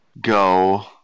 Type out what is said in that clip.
go –